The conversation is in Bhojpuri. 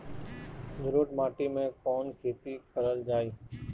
जलोढ़ माटी में कवन खेती करल जाई?